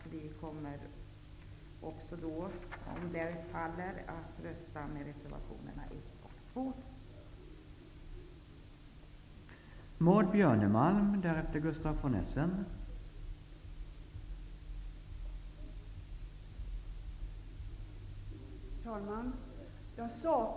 Vi kommer, om vår meningsyttring faller, att rösta med reservationerna 1 och 2.